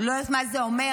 לא יודעת מה זה אומר.